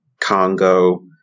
Congo